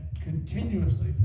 continuously